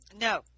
No